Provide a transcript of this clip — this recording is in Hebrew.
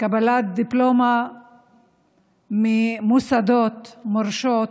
וקבלת דיפלומה ממוסדות מורשים.